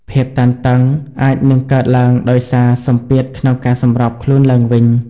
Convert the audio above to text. ភាពតានតឹង អាចនឹងកើតឡើងដោយសារសម្ពាធក្នុងការសម្របខ្លួនឡើងវិញ។